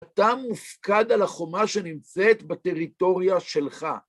אתה מופקד על החומה שנמצאת בטריטוריה שלך.